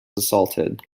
assaulted